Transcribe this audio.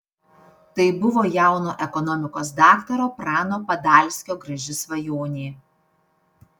tai buvo jauno ekonomikos daktaro prano padalskio graži svajonė